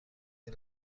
این